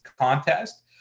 contest